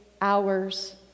hours